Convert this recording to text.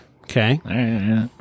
Okay